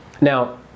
Now